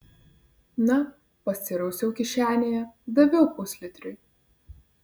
na pasirausiau kišenėje daviau puslitriui